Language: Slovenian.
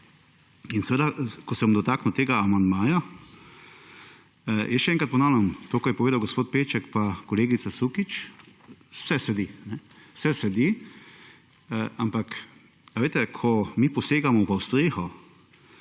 in seveda, ko se bom dotaknil tega amandmaja jaz še enkrat ponavljam to, kar je povedal gospod Peček pa kolegica Sukič vse / nerazumljivo/, ampak ko mi posegamo v streho